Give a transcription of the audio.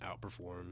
outperform